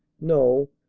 no,